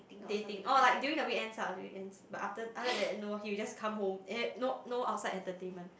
dating orh like during the weekends ah the weekends but after other than that no he will just come home and no no outside entertainment